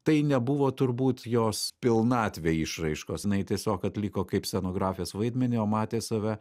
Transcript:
tai nebuvo turbūt jos pilnatvė išraiškos jinai tiesiog atliko kaip scenografijos vaidmenį o matė save